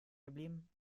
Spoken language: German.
geblieben